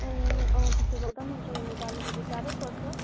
ए त्यसो गर्दा पनि हुन्छ हुनु त आलुबारी टाढो पर्छ